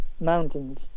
Mountains